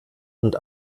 und